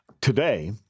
today